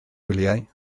gwyliau